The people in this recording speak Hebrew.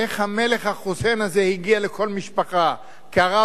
איך המלך, חוסיין הזה, הגיע לכל משפחה, כרע